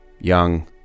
Young